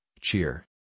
Cheer